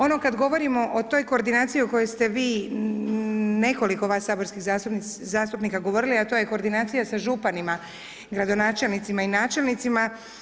Ono, kada govorimo o toj koordinaciji u kojoj ste vi nekoliko vas saborskih zastupnika govorilo, a to je koordinacija sa županima, gradonačelnicima i načelnicima.